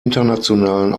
internationalen